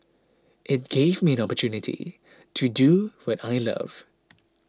it gave me an opportunity to do what I love